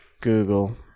Google